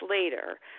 later